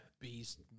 beast